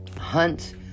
Hunt